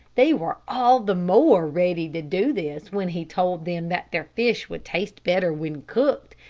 they were all the more ready to do this, when he told them that their fish would taste better when cooked,